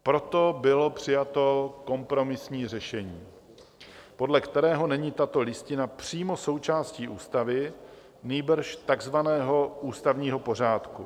Proto bylo přijato kompromisní řešení, podle kterého není tato Listina přímo součástí ústavy, nýbrž takzvaného ústavního pořádku.